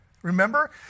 Remember